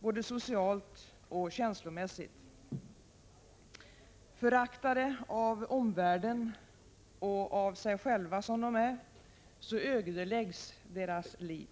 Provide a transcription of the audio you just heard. både socialt och känslomässigt. Föraktade av omvärlden och av sig själva som de är, ödeläggs deras liv.